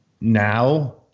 Now